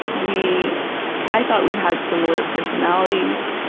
we i thought we had similar personalities.